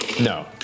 No